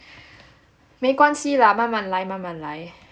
没关系 lah 慢慢来慢慢来